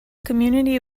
community